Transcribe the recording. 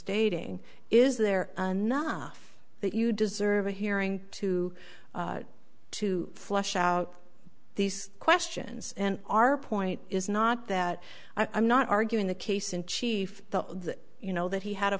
stating is there enough that you deserve a hearing to to flush out these questions and our point is not that i'm not arguing the case in chief the you know that he had a